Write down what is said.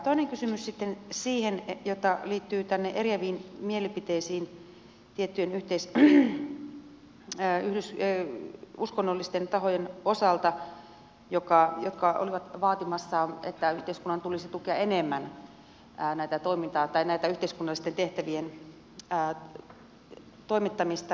toinen kysymys sitten liittyy eriäviin mielipiteisiin tiettyjen uskonnollisten tahojen osalta jotka olivat vaatimassa että yhteiskunnan tulisi tukea enemmän näiden yhteiskunnallisten tehtä vien toimittamista